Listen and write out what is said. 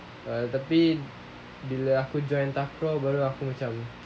err tapi bila aku join takraw baru aku macam